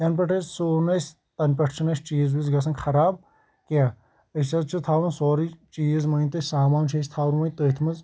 یَنہٕ پٮ۪ٹھ اَسہِ سُہ اوٚن اَسہِ تَنہٕ پٮ۪ٹھ چھِنہٕ اَسہِ چیٖز وِیٖز گژھان خراب کینٛہہ أسۍ حظ چھِ تھاوان سورُے چیٖز مٲنِو تُہۍ سامان چھِ أسۍ تھاوان وۄنۍ تٔتھۍ منٛز